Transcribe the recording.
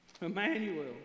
Emmanuel